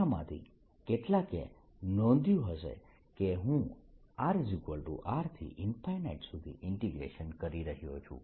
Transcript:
તમારામાંથી કેટલાકે નોંધ્યું હશે કે હું rR થી સુધી ઇન્ટીગ્રેશન કરી રહ્યો છું